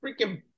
freaking